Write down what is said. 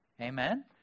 Amen